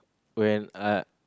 when ah